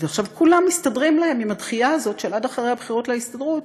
ועכשיו כולם מסתדרים להם עם הדחייה הזאת של עד אחרי הבחירות להסתדרות.